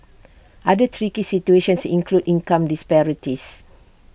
other tricky situations include income disparities